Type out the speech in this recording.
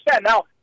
Now